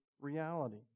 reality